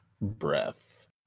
breath